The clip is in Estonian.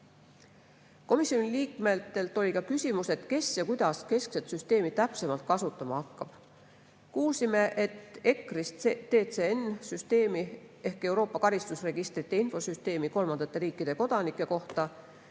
Komisjoni liikmetel oli ka küsimus, kes ja kuidas keskset süsteemi täpsemalt kasutama hakkab. Kuulsime, et ECRIS‑TCN‑süsteem ehk Euroopa karistusregistrite infosüsteem kolmandate riikide kodanike kohta